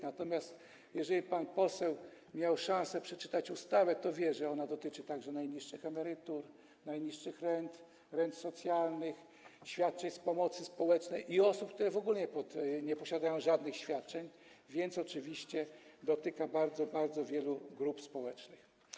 Natomiast jeżeli pan poseł miał szansę przeczytać ustawę, to wie, że ona dotyczy także najniższych emerytur, najniższych rent, rent socjalnych, świadczeń pomocy społecznej i osób, które w ogóle nie posiadają żadnych świadczeń, więc oczywiście dotyczy bardzo wielu grup społecznych.